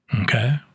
okay